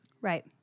Right